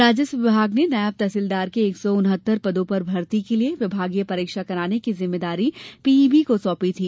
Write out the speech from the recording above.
राजस्व विभाग ने नायब तहसीलदार के एक सौ उनहत्तर पदों पर भर्ती के लिए विभागीय परीक्षा कराने की जिम्मेदारी पीईबी को सौंपी थी